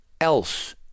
else